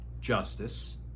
justice